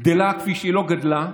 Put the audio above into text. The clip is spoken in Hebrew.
גדלה כפי שהיא לא גדלה.